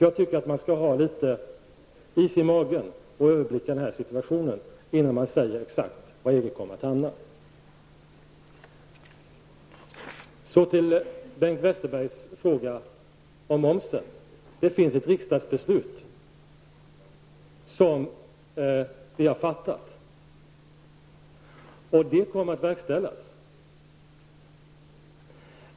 Jag tycker att man skall ha litet is i magen och överblicka situationen innan man exakt säger var EG kommer att hamna. Så till Bengt Westerbergs fråga om momsen. Det finns ett riksdagsbeslut som vi har fattat, och det kommer att verkställas.